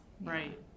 Right